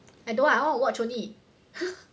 I don't want I want to watch only